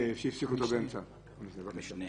בבקשה תמשיך.